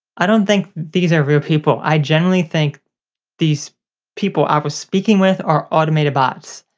i don't think these are real people. i genuinely think these people i was speaking with are automated bots.